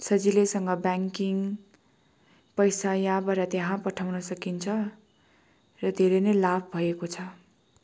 सजिलैसँग ब्याङ्किङ पैसा यहाँबाट त्यहाँ पठाउन सकिन्छ र धेरै नै लाभ भएको छ